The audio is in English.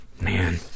Man